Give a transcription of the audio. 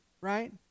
right